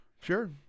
Sure